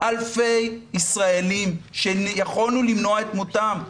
אלפי ישראלים שיכולנו למנוע את מותם.